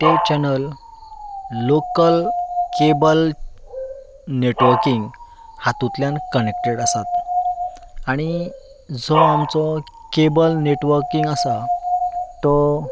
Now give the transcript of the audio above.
तें channel local cable networking हातूंतल्यान connected आसात आनी जो आमचो कॅबल नेटवर्किंग आसा तो